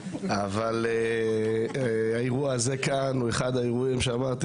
אבל האירוע הזה כאן הוא אחד האירועים שאמרתי